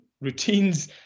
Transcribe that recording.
routines